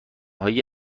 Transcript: های